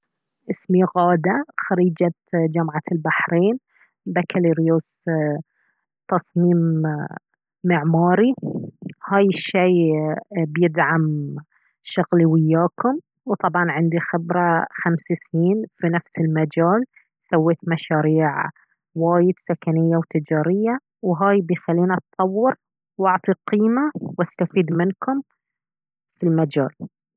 اسمي غادة خريجة جامعة البحرين بكالريوس تصميم معماري هاي الشي بيدعم شغلي وياكم وطبعا عندي خبرة خمس سنين في نفس المجال سويت مشاريع وايد سكنية وتجارية وهاي بيخلينا نطور واعطي قيمة واستفيد منكم في المجال